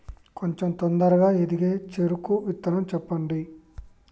కొంచం తొందరగా ఎదిగే చెరుకు విత్తనం చెప్పండి?